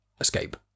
escape